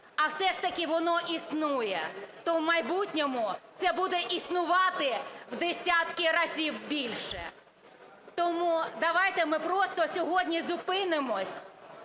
а все ж таки воно існує, то в майбутньому це буде існувати в десятки разів більше. Тому давайте ми просто сьогодні зупинимося,